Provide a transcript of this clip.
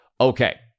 Okay